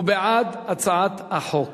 הוא בעד הצעת החוק